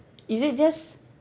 is it just